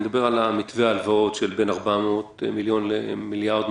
אני מדבר על מתווה ההלוואות של בין 400 מיליון ל-1.2 מיליארד,